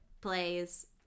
plays